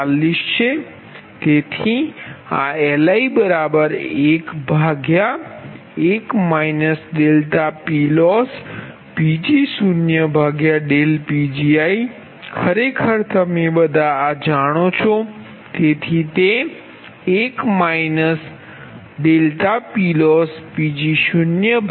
છે તેથી આ Li11 PLossPgoPgiખરેખર તમે બધા જાણો છો તેથી તે1 PLossPgoPgiLi 1છે